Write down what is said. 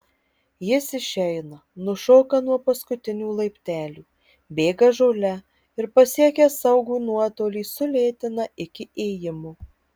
jis išeina nušoka nuo paskutinių laiptelių bėga žole ir pasiekęs saugų nuotolį sulėtina iki ėjimo